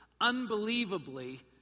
unbelievably